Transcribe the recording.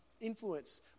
influence